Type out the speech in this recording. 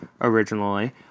originally